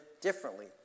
differently